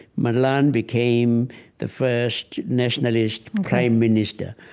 milan became the first nationalist prime minister.